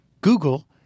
Google